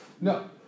No